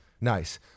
Nice